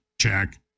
Check